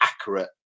accurate